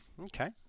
Okay